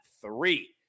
three